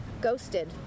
ghosted